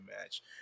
match